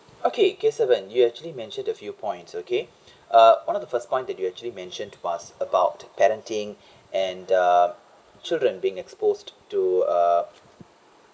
okay kesavan you actually mentioned a few points okay uh one of the first point that you actually mentioned was about parenting and uh children being exposed to uh